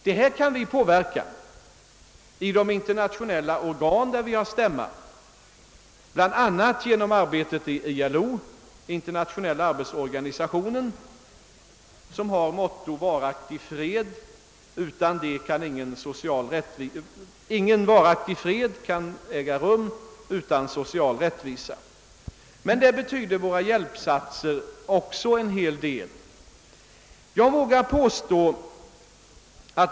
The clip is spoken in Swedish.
Detta kan vi påverka i de internationella organ, där vi har stämma, bl.a. genom arbetet i ILO, Internationella arbetsorganisationen, som har som motto »Ingen varaktig fred utan social rättvisa». Därvidlag kan också våra hjälpinsatser betyda en hel del.